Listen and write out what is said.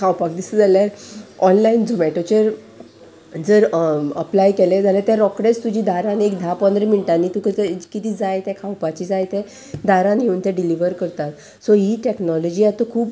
खावपाक दिसता जाल्यार ऑनलायन झोमेटोचेर जर अप्लाय केलें जाल्यार ते रोकडेंच तुज्या दारान एक धा पंदरा मिनटांनी तुका किदें जाय तें खावपाचें जाय तें दारान येवन तें डिलिव्हर करतात सो ही टॅक्नोलॉजी आतां खूब